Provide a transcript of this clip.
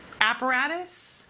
apparatus